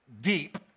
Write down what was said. deep